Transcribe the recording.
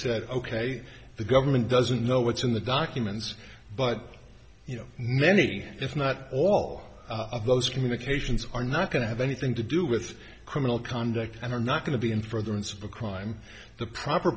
said ok the government doesn't know what's in the documents but you know many if not all of those communications are not going to have anything to do with criminal conduct and are not going to be in for their own super crime the proper